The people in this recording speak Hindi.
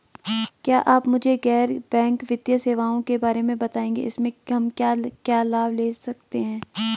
क्या आप मुझे गैर बैंक वित्तीय सेवाओं के बारे में बताएँगे इसमें हम क्या क्या लाभ ले सकते हैं?